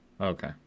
Okay